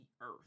earth